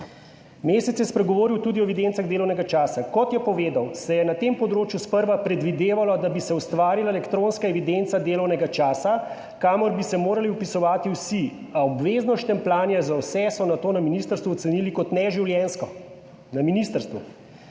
Mesec je spregovoril tudi o evidencah delovnega časa. Kot je povedal, se je na tem področju sprva predvidevalo, da bi se ustvarila elektronska evidenca delovnega časa, kamor bi se morali vpisovati vsi, a obvezno štempljanje za vse so na to na ministrstvu ocenili kot neživljenjsko. Na ministrstvu.